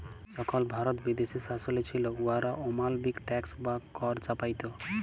যখল ভারত বিদেশী শাসলে ছিল, উয়ারা অমালবিক ট্যাক্স বা কর চাপাইত